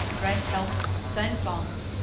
drank healths, sang songs,